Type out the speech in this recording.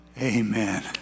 Amen